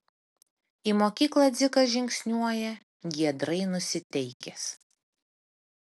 į mokyklą dzikas žingsniuoja giedrai nusiteikęs